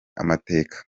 amateka